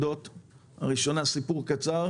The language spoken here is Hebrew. הדוחות שהוא קרא עד היום ומביא איזשהו סיכום,